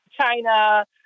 China